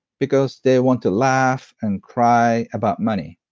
because they want to laugh and cry about money.